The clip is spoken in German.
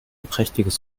prächtiges